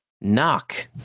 Knock